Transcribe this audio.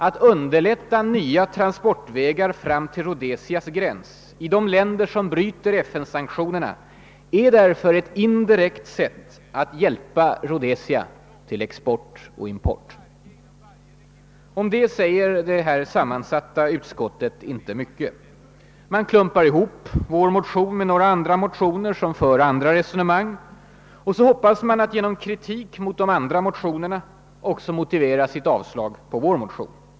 Att underlätta nya transportvägar fram till Rhodesias gräns i de län der som bryter FN-sanktionerna är därför ett indirekt sätt att hjälpa Rhodesia till export och import. Om detta säger det sammansatta utskottet inte mycket. Man klumpar ihop vår motion och några andra motioner, som för andra resonemang, och hoppas att genom kritik mot de andra motionerna också kunna motivera ett avslagsyrkande på vår motion.